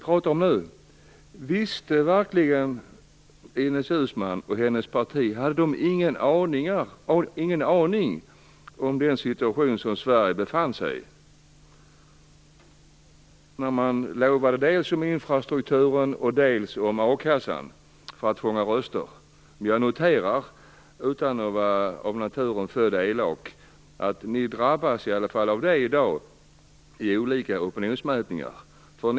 Hade verkligen Ines Uusmann och hennes parti ingen aning om den situation som Sverige befann sig i när man lovade saker dels om infrastrukturen, dels om a-kassan för att fånga röster? Jag noterar, utan att av naturen vara född elak, att ni i alla fall drabbas av det i dag i olika opinionsmätningar.